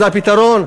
זה הפתרון,